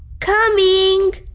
coming!